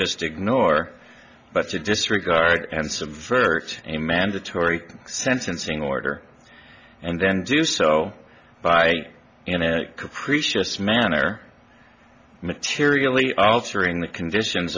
just ignore but to disregard and subvert a mandatory sentencing order and then do so by capricious manner materially altering the conditions